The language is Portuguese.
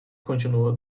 continua